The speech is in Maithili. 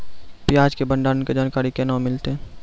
प्याज के भंडारण के जानकारी केना मिलतै?